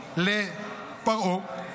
אותה לפרעה.